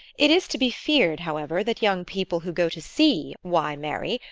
it is to be feared, however, that young people who go to see why marry?